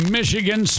Michigan